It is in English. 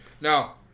Now